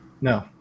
No